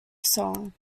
song